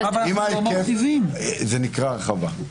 עם ההיקף זה נקרא הרחבה.